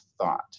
thought